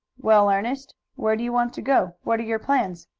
well, ernest, where do you want to go? what are your plans?